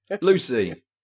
Lucy